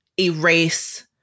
erase